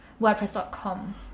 WordPress.com